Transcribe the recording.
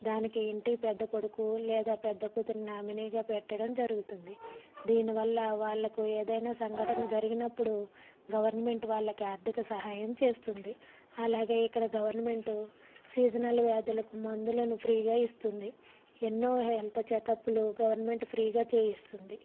దానికి ఇంటి పెద్ద కొడుకు లేదా పెద్ద కూతురు నామినీగా పెట్టడం జరుగుతుంది దీని వల్ల వాళ్ళకు ఏదైనా సంఘటన జరిగినప్పుడు గవర్నమెంట్ వాళ్ళకి ఆర్థిక సహాయం చేస్తుంది అలాగే ఇక్కడ గవర్నమెంట్ సీజనల్ వ్యాధులకు మందులను ఫ్రీగా ఇస్తుంది ఎన్నో హెల్త్ చెకప్లు గవర్నమెంట్ ఫ్రీగా చేయిస్తుంది